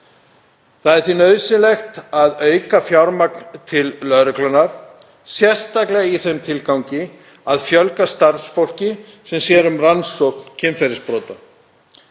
Það er því nauðsynlegt að auka fjármagn til lögreglunnar, sérstaklega í þeim tilgangi að fjölga starfsfólki sem sér um rannsókn kynferðisbrota.